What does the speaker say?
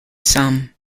some